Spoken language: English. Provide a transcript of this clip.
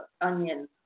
onion